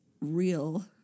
real